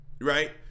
right